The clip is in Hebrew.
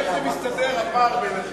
איך זה מסתדר, הפער ביניכם?